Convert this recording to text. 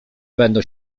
będą